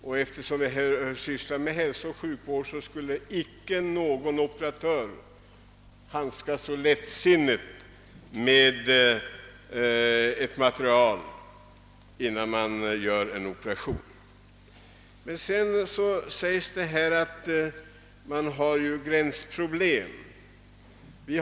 Och eftersom vi sysslar med hälsooch sjukvård vill jag säga att ingen operatör skulle handskas så lättsinnigt med ett material innan han gör en operation. Här har också talats om gränsproblemen.